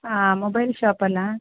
ಹಾಂ mobile shop ಅಲಾ